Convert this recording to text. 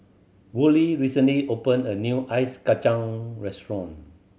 Worley recently opened a new ice kacang restaurant